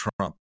Trump